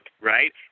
Right